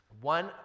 One